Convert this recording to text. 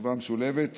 תשובה משולבת,